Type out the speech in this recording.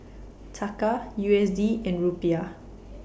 Taka U S D and Rupiah